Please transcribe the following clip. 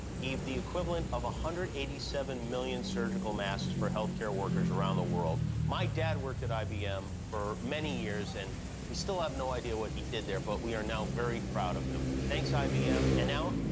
gave the equivalent of one hundred and eighty seven million surgical masks for health care workers around the world. my dad worked at i b m. for many years, and we still have no idea what he did there, but we are now very proud of him. thanks, i b m. and now,